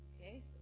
Okay